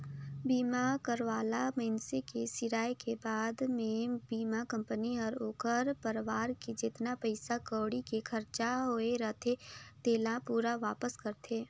बीमा करवाल मइनसे के सिराय के बाद मे बीमा कंपनी हर ओखर परवार के जेतना पइसा कउड़ी के खरचा होये रथे तेला पूरा वापस करथे